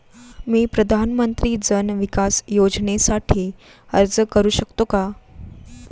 मी प्रधानमंत्री जन विकास योजनेसाठी अर्ज करू शकतो का?